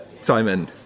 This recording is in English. Simon